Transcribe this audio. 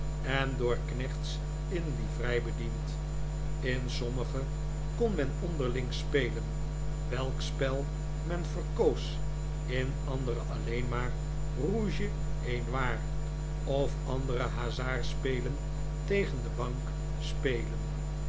en door knechts in livrei bediend in sommige kon men onderling spelen welk spel men verkoos in andere alleen maar rouge et noir of andere hazardspelen tegen de bank spelen